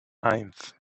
eins